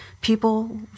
people